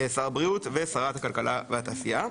שר הבריאות ושרת הכלכלה והתעשייה.